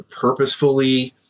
purposefully